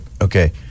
Okay